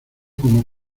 como